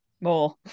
more